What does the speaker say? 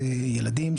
ילדים,